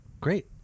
Great